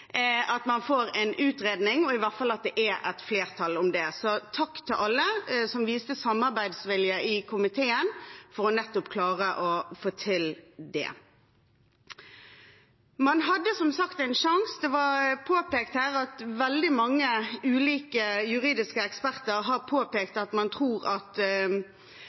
at man får en utredning, og i hvert fall at det er et flertall for det. Så takk til alle i komiteen som har vist samarbeidsvilje for nettopp å klare å få til det. Man hadde som sagt en sjanse. Det ble sagt her at veldig mange ulike juridiske eksperter har påpekt at man tror